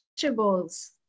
vegetables